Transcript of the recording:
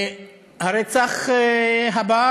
הרצח הבא